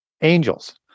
angels